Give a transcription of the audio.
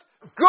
good